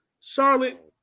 Charlotte